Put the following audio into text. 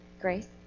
Grace